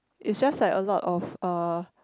is just like a lot of uh